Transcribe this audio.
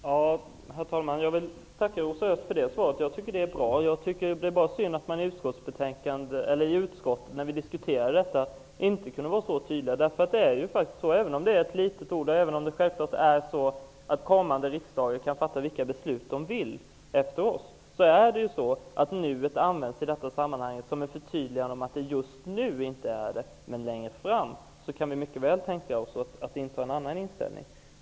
Herr talman! Jag vill tacka Rosa Östh för det svaret. Det är bra. Det är bara synd att man inte kunde vara så tydlig när vi diskuterade detta i utskottet. Även om det är ett litet ord, och även om kommande riksdagar kan fatta vilka beslut de vill, används ordet ''nu'' i detta sammanhang som ett förtydligande om att det inte är aktuellt just nu, men att man längre fram mycket väl kan tänka sig att inta en annan inställning.